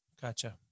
Gotcha